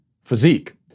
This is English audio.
physique